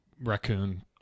raccoon